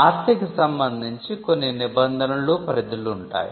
ఆస్తికి సంబంధించి కొన్ని నిబంధనలు పరిధులు ఉంటాయి